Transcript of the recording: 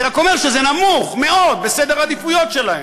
אני רק אומר שזה במקום נמוך מאוד בסדר העדיפויות שלהם.